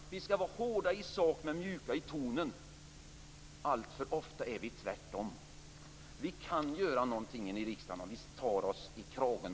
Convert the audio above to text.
Ja, vi skall vara hårda i sak men mjuka i tonen. Alltför ofta är vi tvärtom. Vi kan göra någonting inne i riksdagen om vi tar oss i kragen.